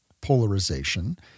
polarization